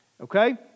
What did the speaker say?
okay